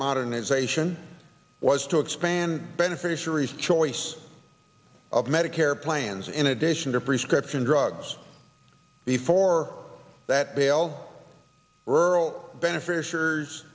modernization was to expand beneficiaries choice of medicare plans in addition to free scription drugs before that bell rural beneficiaries